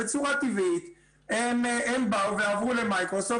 בצורה טבעית הם באו ועברו למייקרוסופט.